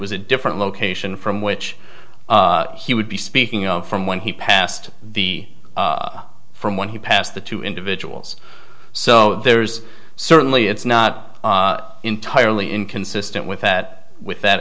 was a different location from which he would be speaking of from when he passed the from when he passed the two individuals so there's certainly it's not entirely inconsistent with that with that